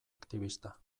aktibista